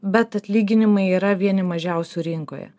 bet atlyginimai yra vieni mažiausių rinkoje